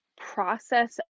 process